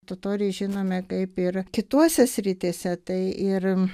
totoriai žinome kaip ir kituose srityse tai ir